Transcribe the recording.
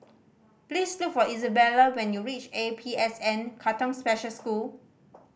please look for Isabella when you reach A P S N Katong Special School